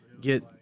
get